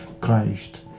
Christ